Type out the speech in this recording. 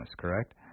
correct